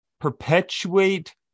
Perpetuate